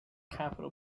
capital